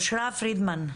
אושרה פרידמן,